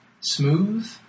smooth